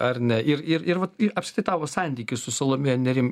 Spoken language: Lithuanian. ar ne ir ir ir vat ir apskritai tavo santykį su salomėja nėrim